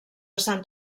sant